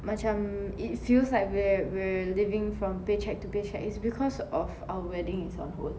macam it feels like we're we're living from pay cheque to pay cheque is because of our wedding is on hold